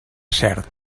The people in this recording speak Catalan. cert